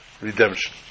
redemption